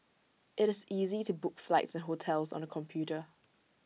IT is easy to book flights and hotels on the computer